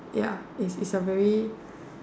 ya is is a very